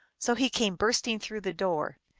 so he came bursting through the door.